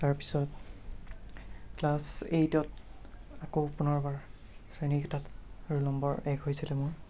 তাৰপিছত ক্লাছ এইটত আকৌ পুনৰবাৰ শ্ৰেণীকোঠাত ৰোল নম্বৰ এক হৈছিলোঁ মোৰ